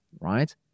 right